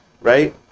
Right